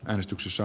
äänestyksissä